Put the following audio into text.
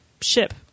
ship